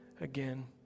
again